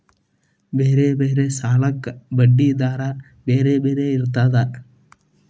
ಬೇರೆ ಬೇರೆ ಸಾಲಕ್ಕ ಬಡ್ಡಿ ದರಾ ಬೇರೆ ಬೇರೆ ಇರ್ತದಾ?